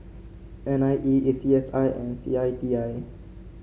N I E A C S I and C I T I